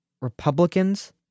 Republicans